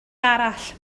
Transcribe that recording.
arall